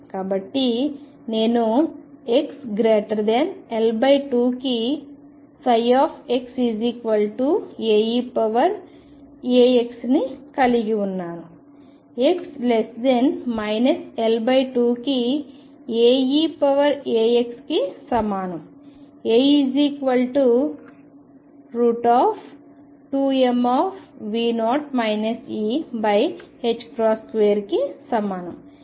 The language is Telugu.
కాబట్టి నేను xL2 కి xAe αx ని కలిగి ఉన్నాను x L2 కి Aeαx కి సమానం α2m2 కి సమానం